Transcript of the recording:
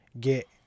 get